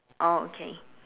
oh okay